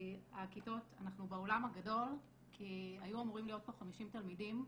אנחנו באולם הגדול כי היו אמורים להיות 50 תלמידים,